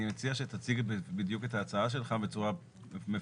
אני מציע שתציג בדיוק את ההצעה שלך בצורה מפורטת,